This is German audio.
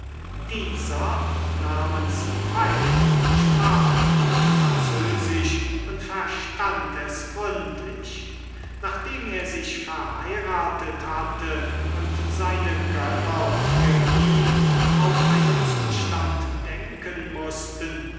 dieser namens pfeil sprach gut französisch und verstand es gründlich nachdem er sich verheiratet hatte und seine gönner für ihn auf einen zustand denken mußten